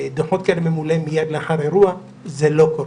דוחות כאלה ממולאים מיד לאחר אירוע, זה לא קורה.